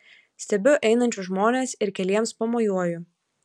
stebiu einančius žmones ir keliems pamojuoju